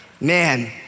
Man